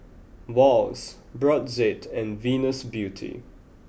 Wall's Brotzeit and Venus Beauty